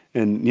and, you